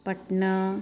Patna